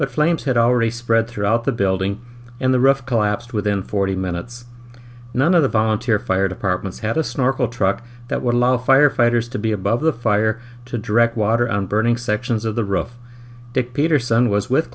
but flames had already spread throughout the building in the rough collapsed within forty minutes none of the volunteer fire departments had a snorkel truck that would allow firefighters to be above the fire to direct water on burning section as of the rough dick peterson was with